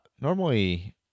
Normally